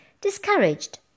Discouraged